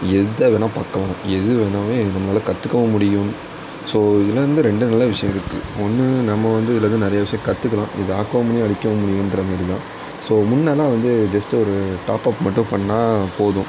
எதை வேணா பார்க்கலாம் எது வேணாவே நம்மால் கற்றுக்கவும் முடியும் ஸோ இதுலிருந்து ரெண்டு நல்ல விஷயம் இருக்குது ஒன்று நம்ம வந்து இதுலிருந்து நிறைய விஷயம் கற்றுக்கலாம் இதை ஆக்கவும் முடியும் அழிக்கவும் முடியும்ன்ற மாதிரி தான் ஸோ முன்னெல்லாம் வந்து ஜஸ்ட் ஒரு டாப்அப் மட்டும் பண்ணிணா போதும்